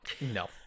No